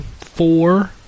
four